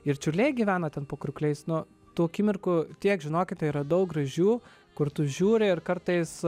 ir čiurliai gyvena ten po kriokliais nu tų akimirkų tiek žinokite yra daug gražių kur tu žiūri ir kartais